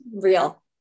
real